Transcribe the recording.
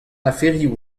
aferioù